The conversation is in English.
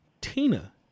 Tina